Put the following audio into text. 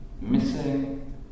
missing